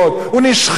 הוא נשחק.